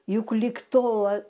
juk lyg tol